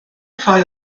rhai